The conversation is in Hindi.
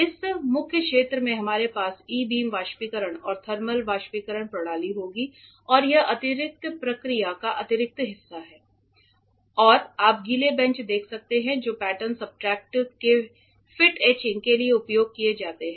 इस मुख्य क्षेत्र में हमारे पास ई बीम बाष्पीकरण और थर्मल बाष्पीकरण प्रणाली होगी और यह अतिरिक्त प्रक्रिया का अतिरिक्त हिस्सा है और आप गीले बेंच देख सकते हैं जो पैटर्न सब्सट्रेट के फिट एचिंग के लिए उपयोग किए जाते हैं